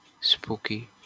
spooky